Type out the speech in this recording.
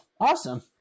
awesome